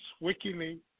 WikiLeaks